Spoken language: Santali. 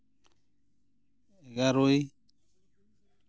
ᱮᱜᱟᱨᱳᱭ